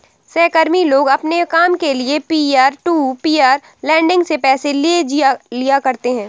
सहकर्मी लोग अपने काम के लिये पीयर टू पीयर लेंडिंग से पैसे ले लिया करते है